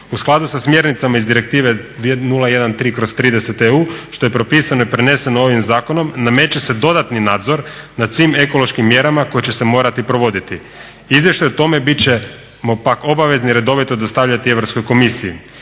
U skladu sa smjernicama iz direktive 013/30 EU što je propisano i preneseno ovim zakonom nameće se dodatni nadzor nad svim ekološkim mjerama koje će se morati provoditi. Izvješće o tome bit ćemo pak obavezni redovito dostavljati Europskoj komisiji.